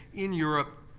in europe,